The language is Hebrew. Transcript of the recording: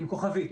עם כוכבית.